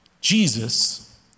Jesus